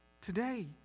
today